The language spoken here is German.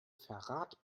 verrat